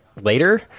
later